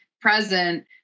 present